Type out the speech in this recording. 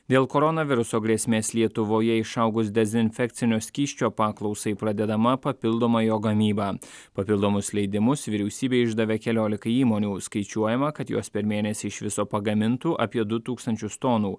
dėl koronaviruso grėsmės lietuvoje išaugus dezinfekcinio skysčio paklausai pradedama papildoma jo gamyba papildomus leidimus vyriausybė išdavė keliolikai įmonių skaičiuojama kad jos per mėnesį iš viso pagamintų apie du tūkstančius tonų